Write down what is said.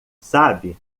sabe